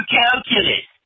calculus